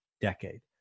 decade